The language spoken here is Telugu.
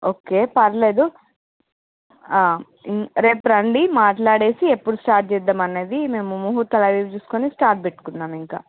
ఒకే పర్లేదు రేపు రండి మాడ్లాడేసి ఎప్పుడు స్టార్ట్ చేద్దాం అనేది మేము ముహూర్తం అది ఇది చూసుకుని స్టార్ట్ పెట్టుకుందాం ఇంక